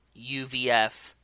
UVF